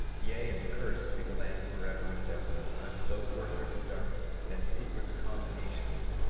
yea, and cursed be the land forever and ever unto those workers of darkness and secret combinations,